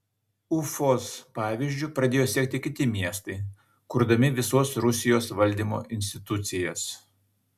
ufos pavyzdžiu pradėjo sekti kiti miestai kurdami visos rusijos valdymo institucijas